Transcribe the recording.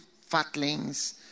fatlings